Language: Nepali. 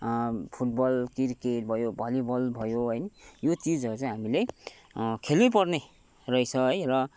फुटबल क्रिकेट भयो भलिबल भयो है यो चिजहरू चाहिँ हामीले खेल्नै पर्ने रहेछ है र